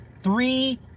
Three